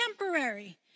temporary